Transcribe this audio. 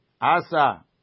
asa